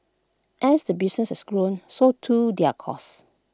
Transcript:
as the business has grown so too their costs